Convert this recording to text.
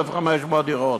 1,500 דירות.